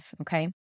okay